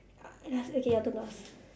uh okay your turn to ask